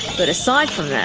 but aside from that,